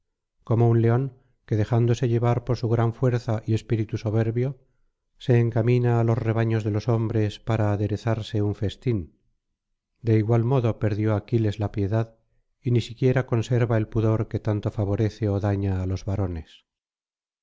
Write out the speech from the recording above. como un león que dejándose llevar por su gran fuerza y espíritu soberbio se encamina á los rebaños de los hombres para aderezarse un festín de igual modo perdió aquiles la piedad y ni siquiera conserva el pudor que tanto favorece ó dañaá los varones